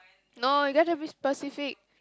no you got to be specific